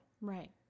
right